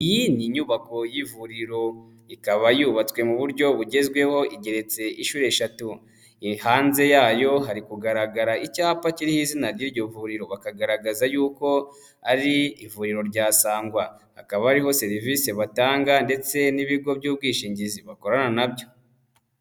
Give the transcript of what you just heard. Iyi ni nyubako y'ivuriro. Ikaba yubatswe mu buryo bugezweho, igeretse inshuro eshatu. Hanze yayo hari kugaragara icyapa kiriho izina ry'iryo vuriro. Bakagaragaza yuko ari ivuriro rya Sangwa. Hakaba hariho serivisi batanga ndetse n'ibigo by'ubwishingizi bakorana na byo.